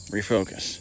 Refocus